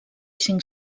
cinc